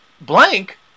Blank